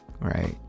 right